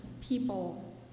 people